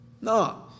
No